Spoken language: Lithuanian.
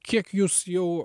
kiek jūs jau